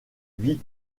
vit